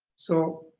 so